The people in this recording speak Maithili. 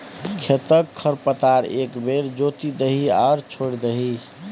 खेतक खर पतार एक बेर जोति दही आ छोड़ि दही